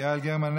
יעל גרמן,